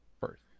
first